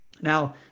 Now